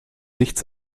nichts